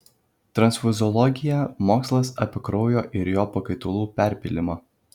transfuziologija mokslas apie kraujo ir jo pakaitalų perpylimą